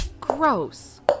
Gross